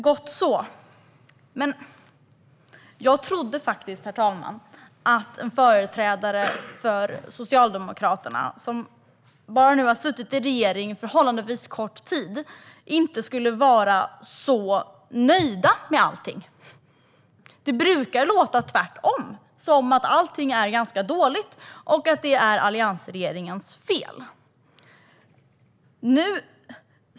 Gott så, men jag trodde, herr talman, att en företrädare för Socialdemokraterna, som bara har suttit i regeringsställning förhållandevis kort tid, inte skulle vara så nöjd med allting. Det brukar låta tvärtom: att allting är ganska dåligt och att det är alliansregeringens fel.